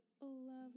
love